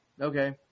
Okay